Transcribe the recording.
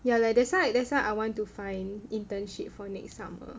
ya lah that's why that's why I want to find internship for next summer